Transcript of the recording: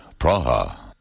Praha. (